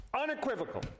unequivocal